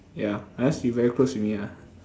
ya unless you very close with me ah